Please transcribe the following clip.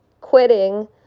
quitting